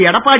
Edappadi